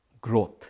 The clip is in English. growth